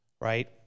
right